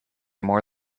more